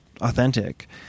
authentic